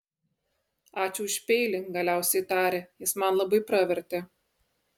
ačiū už peilį galiausiai tarė jis man labai pravertė